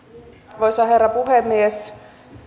arvoisa herra puhemies